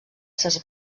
ses